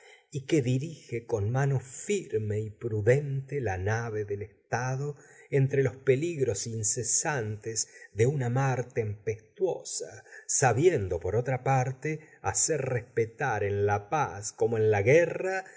y que dirige con mano firme y prudente la nave del estado entre los peligros incesantes de una mar tempestuosa sabiendo por otra parte hacer respetar en la paz como en la guerra